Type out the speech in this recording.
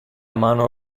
mano